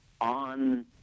on